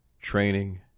training